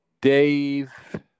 Dave